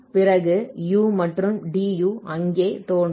பிறகு u மற்றும் du அங்கே தோன்றும்